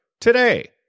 today